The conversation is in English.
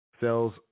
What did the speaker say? Sales